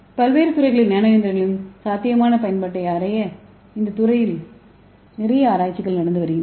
பல்வேறு துறைகளில் நானோ இயந்திரங்களின் சாத்தியமான பயன்பாட்டை ஆராய இந்த துறையில் நிறைய ஆராய்ச்சிகள் நடந்து வருகின்றன